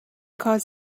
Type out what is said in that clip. cause